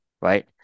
right